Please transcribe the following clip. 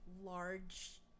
large